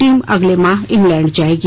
team अगले माह England जाएगी